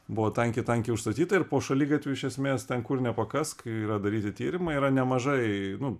buvo tankiai tankiai užstatyta ir po šaligatviu iš esmės ten kur nepakask yra daryti tyrimai yra nemažai nu